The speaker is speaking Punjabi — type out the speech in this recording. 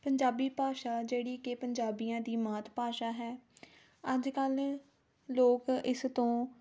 ਪੰਜਾਬੀ ਭਾਸ਼ਾ ਜਿਹੜੀ ਕਿ ਪੰਜਾਬੀਆਂ ਦੀ ਮਾਤ ਭਾਸ਼ਾ ਹੈ ਅੱਜ ਕੱਲ੍ਹ ਲੋਕ ਇਸ ਤੋਂ